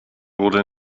wurde